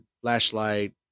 flashlight